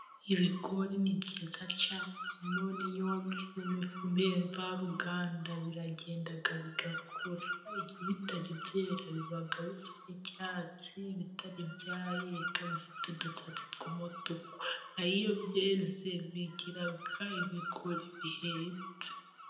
Ibigori ni byiza cyane none ni iyo wabishyizeho ifumbire mvaruganda, biragenda bigakura. Bitari byera biba icyatsi, ibitari byayeka bifite udutsate tw'umutuku naho iyo byeze bigira ibigori bihetse.